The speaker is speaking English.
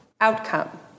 outcome